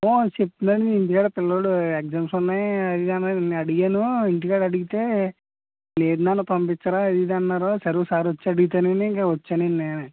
ఏమో చెప్తున్నాడు ఇంటికాడ పిల్లోడు ఎగ్జామ్స్ ఉన్నాయి అది ఇది అని నేను అడిగాను ఇంటికాడ అడిగితే లేదు నాన్న పంపించరా అది ఇది అన్నారు సరే ఒకసారి వచ్చి అడిగితేనేనే ఇంక వచ్చానండి నేనే